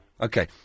Okay